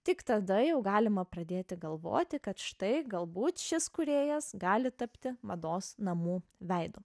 tik tada jau galima pradėti galvoti kad štai galbūt šis kūrėjas gali tapti mados namų veidu